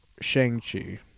Shang-Chi